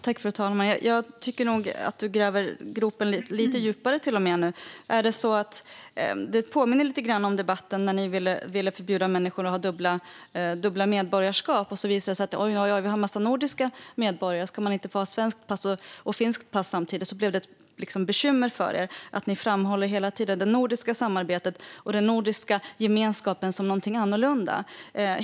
Fru talman! Jag tycker nog att Aron Emilsson till och med gräver gropen lite djupare nu. Det påminner lite grann om debatten då ni ville förbjuda människor att ha dubbla medborgarskap. Sedan visade det sig att vi har en massa nordiska medborgare. Skulle man inte få ha svenskt pass och finskt pass samtidigt? Det blev ett bekymmer för er. Ni framhåller hela tiden det nordiska samarbetet och den nordiska gemenskapen som någonting annorlunda.